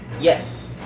Yes